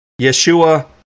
Yeshua